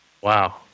Wow